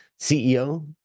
CEO